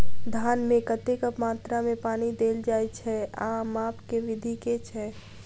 धान मे कतेक मात्रा मे पानि देल जाएँ छैय आ माप केँ विधि केँ छैय?